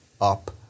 up